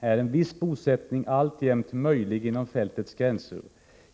är en viss bosättning alltjämt möjlig inom fältets gränser.